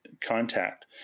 contact